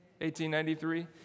1893